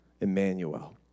Emmanuel